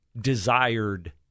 desired